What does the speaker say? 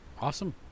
Awesome